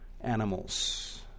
animals